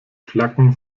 flaggen